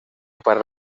para